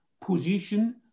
position